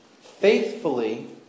faithfully